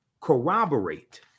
corroborate